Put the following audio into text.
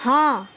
ہاں